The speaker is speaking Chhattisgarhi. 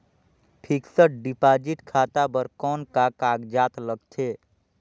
फिक्स्ड डिपॉजिट खाता बर कौन का कागजात लगथे?